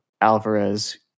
Alvarez